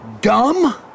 Dumb